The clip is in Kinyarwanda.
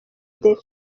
the